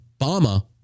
Obama